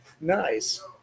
Nice